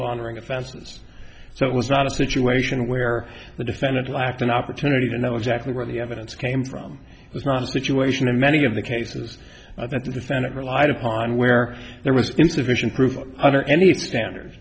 laundering offenses so it was not a situation where the defendant lacked an opportunity to know exactly where the evidence came from it was not a situation in many of the cases that the defendant relied upon where there was insufficient proof under any standard